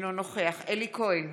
אינו נוכח אלי כהן,